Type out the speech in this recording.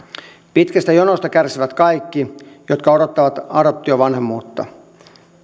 pitkistä jonoista kärsivät kaikki jotka odottavat adoptiovanhemmuutta